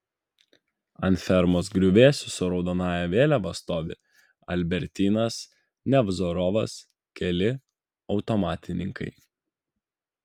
ant fermos griuvėsių su raudonąja vėliava stovi albertynas nevzorovas keli automatininkai